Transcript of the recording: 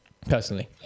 personally